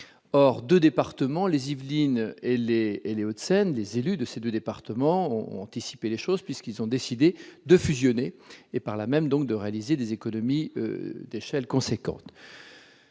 or 2 départements, les Yvelines et les et Les Hauts-de-Seine des élus de ces 2 départements ont anticipé les choses puisqu'ils ont décidé de fusionner, et par là même, donc de réaliser des économies d'échelle, conséquence